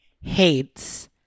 hates